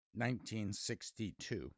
1962